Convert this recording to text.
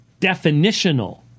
definitional